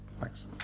thanks